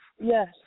Yes